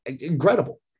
incredible